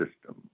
system